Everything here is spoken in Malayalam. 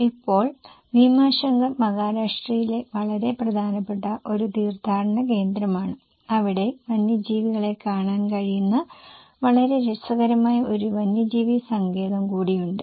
ഇപ്പോൾ ഭീമാശങ്കർ മഹാരാഷ്ട്രയിലെ വളരെ പ്രധാനപ്പെട്ട ഒരു തീർത്ഥാടന കേന്ദ്രമാണ് അവിടെ വന്യജീവികളെ കാണാൻ കഴിയുന്ന വളരെ രസകരമായ ഒരു വന്യജീവി സങ്കേതം കൂടിയുണ്ട്